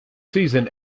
season